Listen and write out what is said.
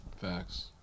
Facts